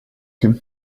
him